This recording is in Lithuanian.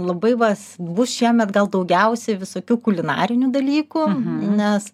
labai va bus šiemet gal daugiausiai visokių kulinarinių dalykų nes